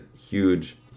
huge